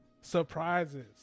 surprises